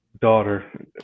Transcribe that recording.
daughter